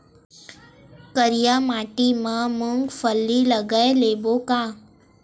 करिया माटी मा मूंग फल्ली लगय लेबों का?